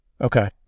Okay